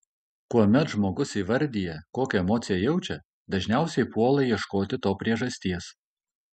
kuomet žmogus įvardija kokią emociją jaučia dažniausiai puola ieškoti to priežasties